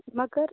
مگر